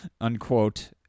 unquote